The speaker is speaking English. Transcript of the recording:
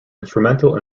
instrumental